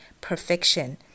perfection